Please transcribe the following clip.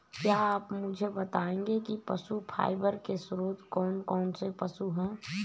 क्या आप मुझे बताएंगे कि पशु फाइबर के स्रोत कौन कौन से पशु हैं?